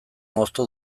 moztu